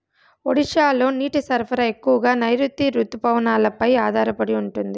ఒడిశాలో నీటి సరఫరా ఎక్కువగా నైరుతి రుతుపవనాలపై ఆధారపడి ఉంటుంది